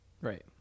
Right